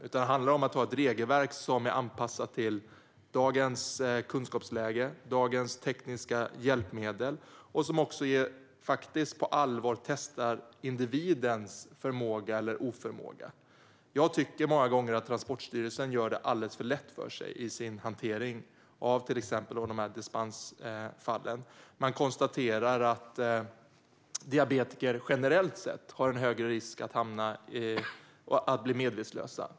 Det handlar om att ha ett regelverk som är anpassat till dagens kunskapsläge och dagens tekniska hjälpmedel och som på allvar testar individens förmåga eller oförmåga. Jag tycker att Transportstyrelsen många gånger gör det alldeles för lätt för sig i sin hantering av till exempel dispensfallen. Man konstaterar att diabetiker generellt sett har en högre risk att bli medvetslösa.